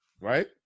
right